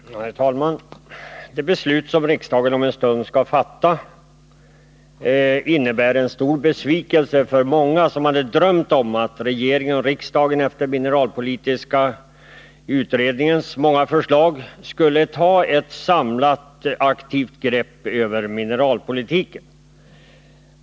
Herr talman! Det beslut som riksdagen om en stund skall fatta innebär en stor besvikelse för många som hade drömt om att regeringen och riksdagen efter mineralpolitiska utredningens många förslag skulle ta ett samlat aktivt grepp över mineralpolitiken.